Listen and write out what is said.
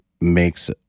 makes